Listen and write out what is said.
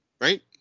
Right